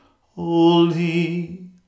Holy